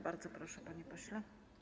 Bardzo proszę, panie pośle.